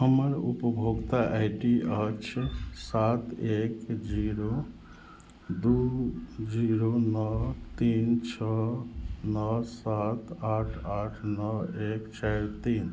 हमर उपभोक्ता I D अछि सात एक जीरो दुइ जीरो नओ तीन छओ नओ सात आठ आठ नओ एक चारि तीन